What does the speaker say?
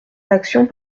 d’actions